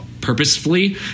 purposefully